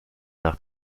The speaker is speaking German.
nach